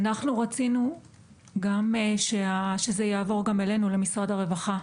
אנחנו רצינו שזה יעבור גם אלינו למשרד הרווחה,